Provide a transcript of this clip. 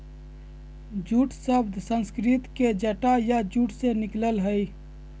jute शब्द संस्कृत के जटा या जूट से निकलल हइ